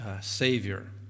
Savior